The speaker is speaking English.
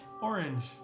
Orange